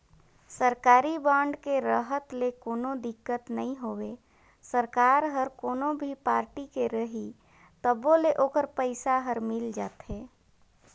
सरकारी बांड के रहत ले कोनो दिक्कत नई होवे सरकार हर कोनो भी पारटी के रही तभो ले ओखर पइसा हर बरोबर मिल जाथे